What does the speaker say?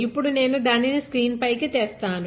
ఇప్పుడు నేను దానిని స్క్రీన్ పైకి తెస్తాను